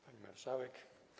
Pani Marszałek!